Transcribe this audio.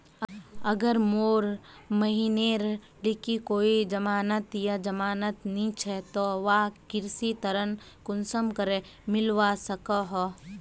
अगर मोर बहिनेर लिकी कोई जमानत या जमानत नि छे ते वाहक कृषि ऋण कुंसम करे मिलवा सको हो?